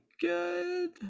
good